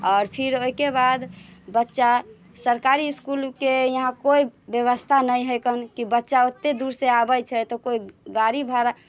आओर फिर ओहिके बाद बच्चा सरकारी इस्कुलके यहाँ कोइ व्यवस्था नहि हैकन कि बच्चा ओतेक दूरसँ आबैत छै तऽ कोइ गाड़ी भाड़ा